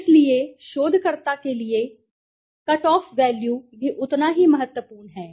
इसलिए शोधकर्ता के लिए कट ऑफ वैल्यू भी उतना ही महत्वपूर्ण है